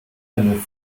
when